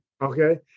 Okay